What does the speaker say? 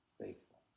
faithful